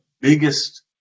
biggest